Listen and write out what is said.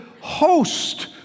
host